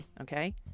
okay